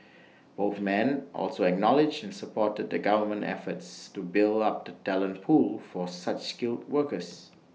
both men also acknowledged and supported the government's efforts to build up the talent pool for such skilled workers